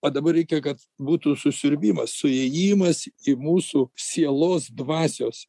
o dabar reikia kad būtų susiurbimas suėjimas į mūsų sielos dvasios